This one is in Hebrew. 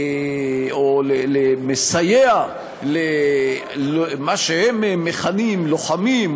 או מסייע למה שהם מכנים "לוחמים",